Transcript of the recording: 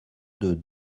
deux